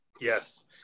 Yes